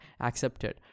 accepted